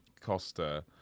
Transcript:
costa